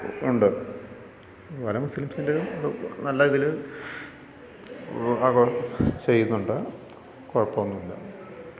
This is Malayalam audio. ഉണ്ട് അതുപോലെ മുസ്ലിംസിന്റേയും നല്ല ഇതില് ആഘോഷം ചെയ്യുന്നുണ്ട് കുഴപ്പമൊന്നുമില്ല